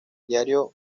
diario